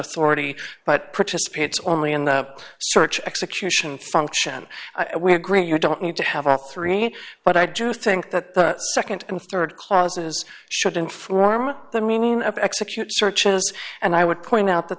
authority but participates only in the search execution function we agree you don't need to have a three but i do think that the nd and rd clauses should inform the meaning of execute searches and i would point out that